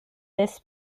this